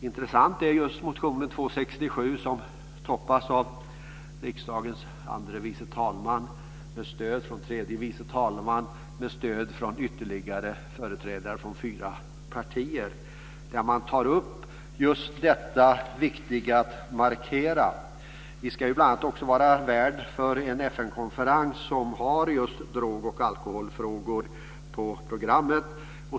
Intressant är just motion 267 som toppas av riksdagens andre vice talman med stöd från tredje vice talman och med stöd från ytterligare företrädare för fyra partier. Där tar man upp det viktiga att markera. Vi ska bl.a. vara värd för en FN-konferens som har alkohol och drogfrågor på programmet.